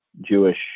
Jewish